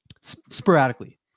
sporadically